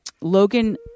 Logan